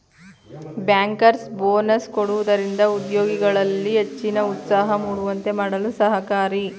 bankers bonus ಕೊಡುವುದರಿಂದ ಉದ್ಯೋಗಿಗಳಲ್ಲಿ ಹೆಚ್ಚಿನ ಉತ್ಸಾಹ ಮೂಡುವಂತೆ ಮಾಡಲು ಸಹಕಾರಿ